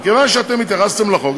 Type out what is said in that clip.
מכיוון שאתם התייחסתם לחוק,